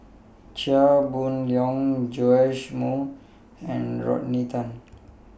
Chia Boon Leong Joash Moo and Rodney Tan